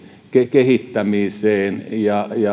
kehittämiseen ja